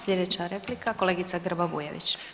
Slijedeća replika, kolegica Grba Bujević.